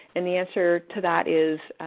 and the answer to that is,